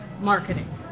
marketing